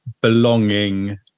belonging